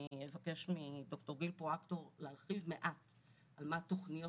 אני אבקש מד"ר גיל פרואקטר להרחיב מעט על מה התוכניות